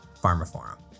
PharmaForum